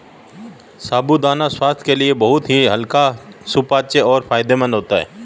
साबूदाना स्वास्थ्य के लिए बहुत ही हल्का सुपाच्य और फायदेमंद होता है